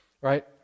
right